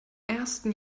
ersten